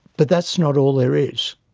but that's not all there is.